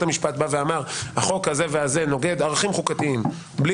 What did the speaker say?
בית המשפט בא ואמר שהחוק הזה והזה נוגד ערכים חוקתיים בלי